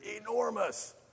enormous